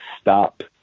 stop